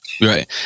Right